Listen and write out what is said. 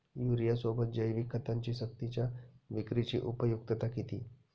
युरियासोबत जैविक खतांची सक्तीच्या विक्रीची उपयुक्तता किती?